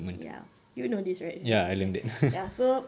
ya you'd know this right since it's your ya so